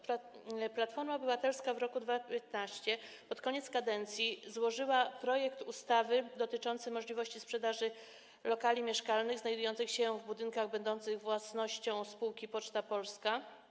Platforma Obywatelska w roku 2015, po koniec kadencji, złożyła projekt ustawy dotyczący możliwości sprzedaży lokali mieszkalnych znajdujących się w budynkach będących własnością spółki Poczta Polska.